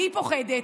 אני פוחדת,